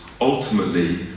ultimately